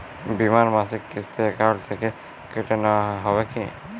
বিমার মাসিক কিস্তি অ্যাকাউন্ট থেকে কেটে নেওয়া হবে কি?